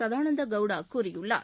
சதானந்த கவுடா கூறியுள்ளார்